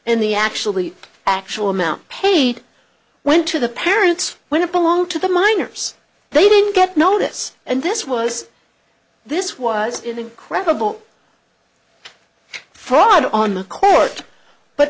and the actually actual amount paid went to the parents when it belonged to the miners they didn't get no this and this was this was incredible fraud on the court but